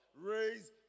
raise